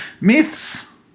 myths